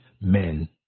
men